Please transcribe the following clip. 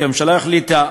כי הממשלה החליטה,